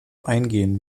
eingehen